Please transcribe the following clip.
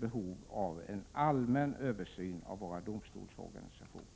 behov av en allmän översyn av våra domstolsorganisationer.